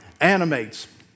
animates